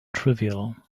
trivial